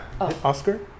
Oscar